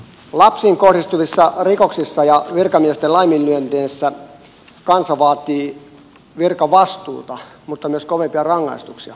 lapsiin kohdistuvissa rikoksissa ja virkamiesten laiminlyönneissä kansa vaatii virkavastuuta mutta myös kovempia rangaistuksia